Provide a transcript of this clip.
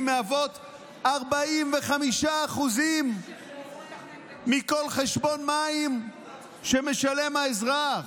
מהוות 45% מכל חשבון מים שמשלם האזרח.